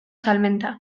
salmenta